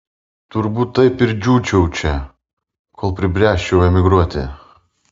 turbūt taip ir džiūčiau čia kol pribręsčiau emigruoti